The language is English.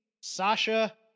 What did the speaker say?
Sasha